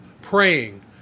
praying